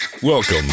Welcome